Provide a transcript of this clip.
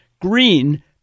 green